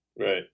Right